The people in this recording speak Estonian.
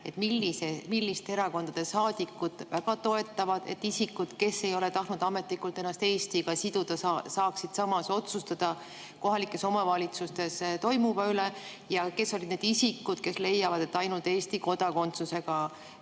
milliste erakondade saadikud väga toetavad seda, et isikud, kes ei ole tahtnud ametlikult ennast Eestiga siduda, saaksid samas otsustada kohalikes omavalitsustes toimuva üle. Ja kes olid need isikud, kes leiavad, et ainult Eesti kodakondsusega